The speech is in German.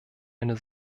eine